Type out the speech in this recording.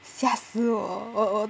吓死我我